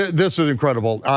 this is incredible.